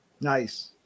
Nice